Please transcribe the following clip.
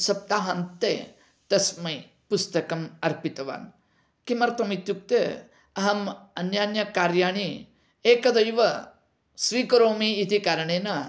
सप्ताहान्ते तस्मै पुस्तकम् अर्पितवान् किमर्थम् इत्युक्ते अहम् अन्यान्य कार्याणि एकदैव स्वीकरोमि इति कारणेन